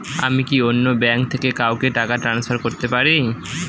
আমি কি অন্য ব্যাঙ্ক থেকে কাউকে টাকা ট্রান্সফার করতে পারি?